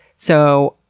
so,